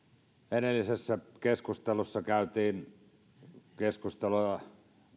edellisessä kohdassa käytiin keskustelua